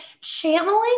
channeling